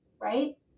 right